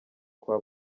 kwa